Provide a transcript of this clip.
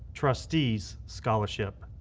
trustees scholarship.